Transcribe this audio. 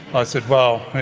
i said, well,